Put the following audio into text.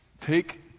take